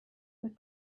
with